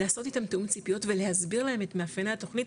לעשות איתם תאום צפיות ולהסביר להם את מאפייני התוכנית,